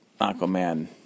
Aquaman